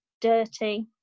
dirty